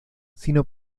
sino